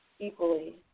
equally